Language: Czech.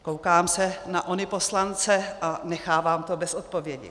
Koukám se na ony poslance a nechávám to bez odpovědi.